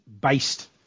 based